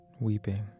weeping